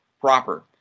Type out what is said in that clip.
proper